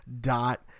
dot